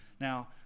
Now